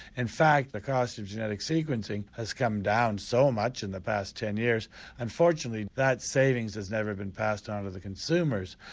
in fact the cost of genetic sequencing has come down so much in the past ten years unfortunately that saving has never been passed on to the consumers.